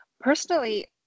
Personally